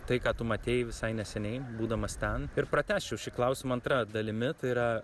tai ką tu matei visai neseniai būdamas ten ir pratęsčiau šį klausimą antra dalimi tai yra